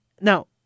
now